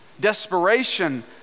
desperation